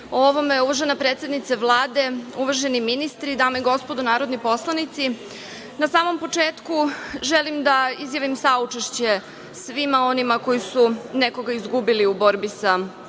ovome. Uvažena predsednice Vlade, uvaženi ministri, dame i gospodo narodni poslanici, na samom početku želim da izjavim saučešće svima onima koji su nekoga izgubili u borbi sa korona